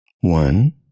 One